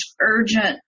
urgent